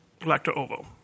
Lacto-ovo